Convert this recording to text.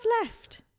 left